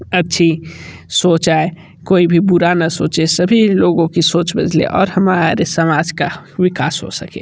अच्छी सोच आए कोई भी बुरा न सोचे सभी लोगों की सोच बदले और हमारे समाज का विकास हो सके